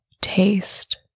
taste